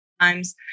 times